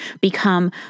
become